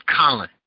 Colin